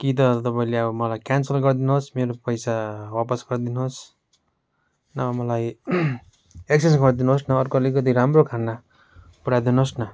कि त तपाईँले अब मलाई क्यान्सल गरिदिनुहोस् मेरो पैसा वापस गरिदिनुहोस् नभए मलाई एक्सचेन्ज गरिदिनुहोस् न अर्को अतिकति राम्रो खाना पठाइदिनुहोस् न